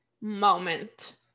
moment